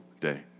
day